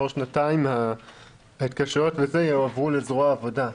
שנתיים ההתקשרויות יועברו לזרוע העבודה.